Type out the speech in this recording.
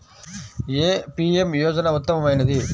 ఏ PM యోజన ఉత్తమమైనది?